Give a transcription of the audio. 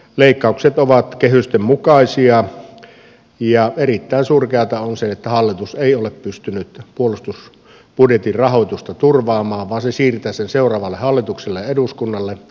leikkaukset ovat kehysten mukaisia ja erittäin surkeata on se että hallitus ei ole pystynyt puolustusbudjetin rahoitusta turvaamaan vaan se siirtää sen seuraavalle hallitukselle ja eduskunnalle